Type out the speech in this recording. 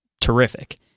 terrific